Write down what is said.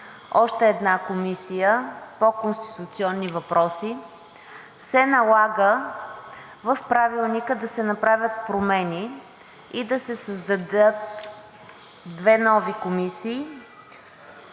още една комисия – по конституционни въпроси, се налага в Правилника да се направят промени и да се създадат две нови комисии: